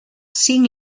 cinc